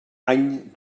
any